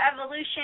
evolution